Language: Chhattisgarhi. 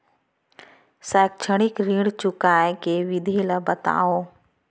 शैक्षिक ऋण चुकाए के विधि ला बतावव